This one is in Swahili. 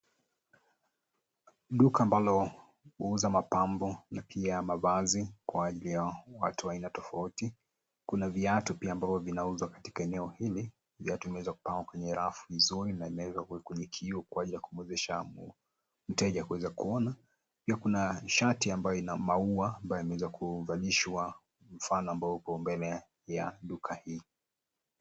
Duka ambalo huuza mapambo na pia mavazi kwa ajili ya watu wa aina tofauti. Kuna viatu pia ambavyo vinauzwa katika eneo hili. Viatu vimeweza kupangwa kwenye rafu vizuri na imewekwa kwenye kioo kwa ajili ya kuwezesha mteja kuweza kuona pia kuna shati ambayo ina maua ambayo imeweza kuvalishwa mfano ambao uko mbele ya duka hii.